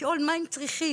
לשאול מה הם צריכים.